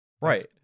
Right